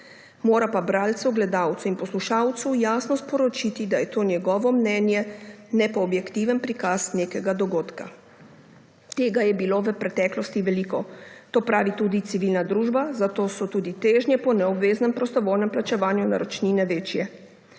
Mora pa bralcu, gledalcu in poslušalcu jasno sporočiti, da je to njegovo mnenje, ne pa objektiven prikaz nekega dogodka. Tega je bilo v preteklosti veliko. To pravi tudi civilna družba, zato so tudi težnje po neobveznem prostovoljnem plačevanju naročnine večje.